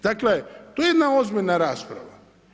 Dakle, to je jedna ozbiljna rasprava.